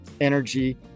energy